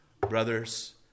brothers